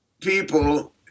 people